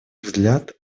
взгляд